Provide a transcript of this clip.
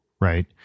right